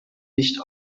nicht